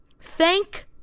thank